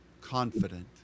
confident